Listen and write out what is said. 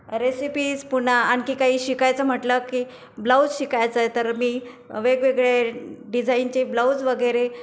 recipes पुना आणखी काही शिकायचं म्हटलं की ब्लाऊज शिकायच आहे तर मी वेगवेगळे डिझाईनचे ब्लाऊज वगैरे